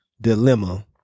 dilemma